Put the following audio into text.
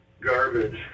garbage